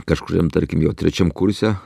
kažkuriam tarkim jau trečiam kurse